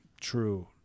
true